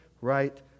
right